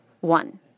One